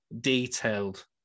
detailed